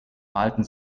malten